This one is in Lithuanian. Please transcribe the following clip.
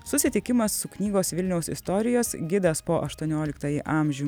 susitikimas su knygos vilniaus istorijos gidas po aštuonioliktąjį amžių